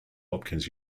hopkins